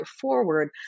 forward